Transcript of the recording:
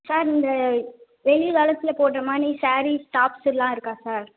sir இந்த வெயில் காலத்தில் போடுற மாரி ஸேரீஸ் டாப்ஸ் எல்லாம் இருக்கா சார்